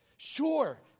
Sure